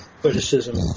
criticism